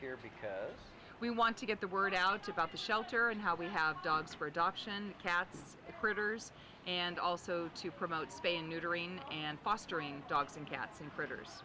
here because we want to get the word out about the shelter and how we have dogs for adoption cats critters and also to promote spain neutering and fostering dogs and cats and critters